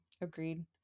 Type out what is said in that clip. Agreed